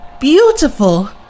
beautiful